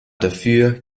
dafür